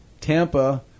Tampa